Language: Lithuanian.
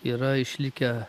yra išlikę